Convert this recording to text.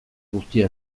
guztia